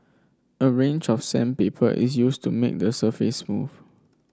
a range of sandpaper is used to make the surface smooth